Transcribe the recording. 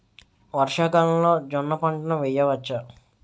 వర్షాకాలంలో జోన్న పంటను వేయవచ్చా?